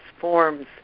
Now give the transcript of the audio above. forms